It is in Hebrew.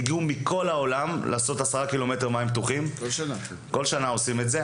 והגיעו מכל העולם לעשות עשרה קילומטר מים פתוחים; בכל שנה עושים את זה.